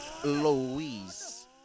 Louise